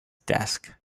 desk